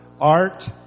art